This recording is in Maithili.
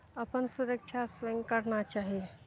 अपन सुरक्षा स्वयं करना चाही